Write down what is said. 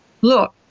look